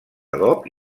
adob